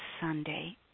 Sunday